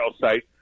site